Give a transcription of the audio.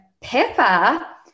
Pippa